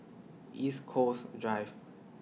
East Coast Drive